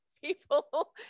people